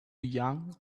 young